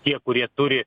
tie kurie turi